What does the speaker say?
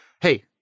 hey